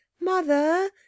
mother